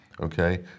okay